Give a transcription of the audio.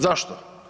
Zašto?